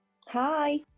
Hi